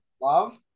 love